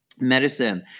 medicine